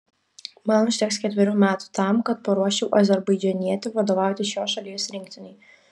man užteks ketverių metų tam kad paruoščiau azerbaidžanietį vadovauti šios šalies rinktinei